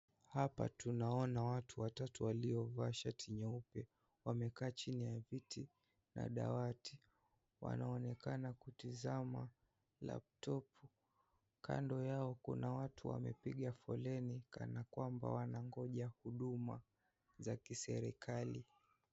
Hapa tunaona watu watatu waliovaa shati nyeupe. Wamekaa chini ya viti na dawati. Wanaonekana kutazama laptop . Kando yao kuna watu wamepiga foleni kana kwamba wanangoja huduma za kiserikali.